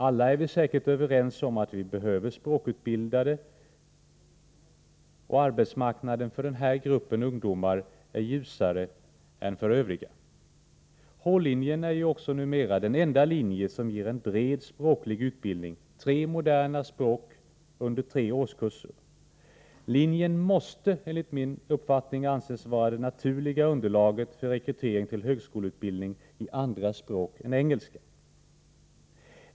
Vi är säkert alla överens om att vi behöver språkutbildade människor, och arbetsmarknaden för den här gruppen ungdomar är gynnsammare än för Övriga. H-linjen är också numera den enda linjen som ger en bred språklig utbildning — tre moderna språk under tre årskurser. Linjen måste, enligt min mening, anses vara det naturliga underlaget för rekrytering till högskoleutbildning i andra språk än engelska.